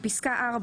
(4)בפסקה (4),